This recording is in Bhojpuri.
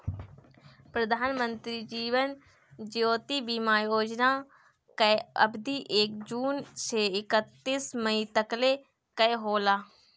प्रधानमंत्री जीवन ज्योति बीमा योजना कअ अवधि एक जून से एकतीस मई तकले कअ होला